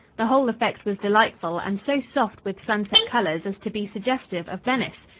the whole effect was delightful and so soft with sunset colors as to be suggestive of venice.